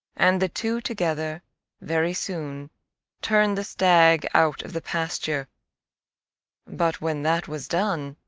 and the two together very soon turned the stag out of the pasture but when that was done,